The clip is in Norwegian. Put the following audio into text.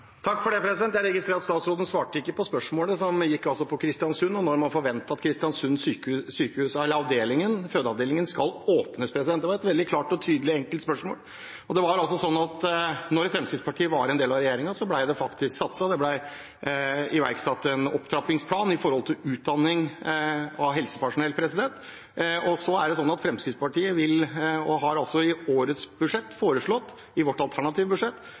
Jeg registrerer at statsråden ikke svarte på spørsmålet, som gjaldt Kristiansund og når vi kan forvente at fødeavdelingen ved Kristiansund sykehus skal åpnes. Det var et veldig klart, tydelig og enkelt spørsmål. Da Fremskrittspartiet var en del av regjeringen, ble det faktisk satset. Det ble iverksatt en opptrappingsplan for utdanning av helsepersonell. Og